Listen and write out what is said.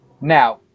Now